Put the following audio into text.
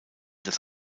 das